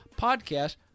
podcast